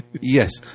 Yes